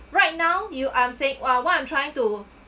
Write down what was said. right now you are say~ wa~ what I'm trying to